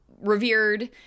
revered